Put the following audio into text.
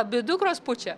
abi dukros pučia